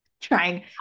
trying